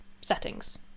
settings